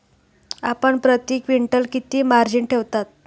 आपण प्रती क्विंटल किती मार्जिन ठेवता?